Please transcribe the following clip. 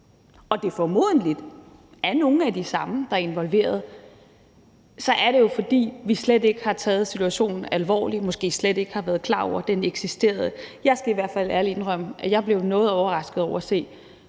og det formodentlig er nogle af de samme, der er involveret, er det jo, fordi vi slet ikke har taget situationen alvorligt og måske slet ikke har været klar over, at den eksisterede. Jeg skal i hvert fald ærligt indrømme, at jeg blev noget overrasket over at se